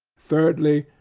thirdly.